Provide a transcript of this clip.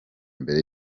mbere